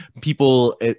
people